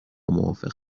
موافق